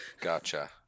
Gotcha